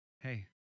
hey